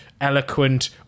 eloquent